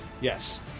yes